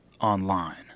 online